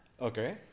Okay